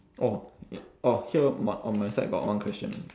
orh orh here my on my side got one question